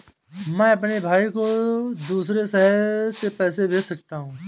मैं अपने भाई को दूसरे शहर से पैसे कैसे भेज सकता हूँ?